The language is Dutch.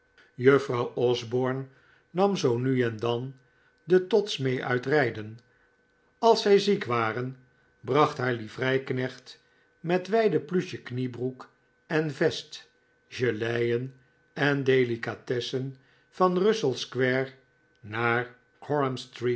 juffrouw osborne nam zoo nu en dan de todds mee uit rijden als zij ziek waren bracht haar livreiknecht met wijde pluche kniebroek en vest geleien en delicatessen van russell square